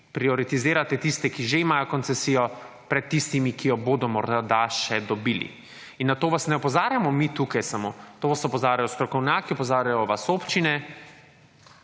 Prioritizirate tiste, ki že imajo koncesijo pred tistimi, ki jo bodo morda še dobili. In na to vas ne opozarjamo mi tukaj samo, to vas opozarjajo strokovnjaki, opozarjajo vas občine,